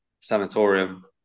sanatorium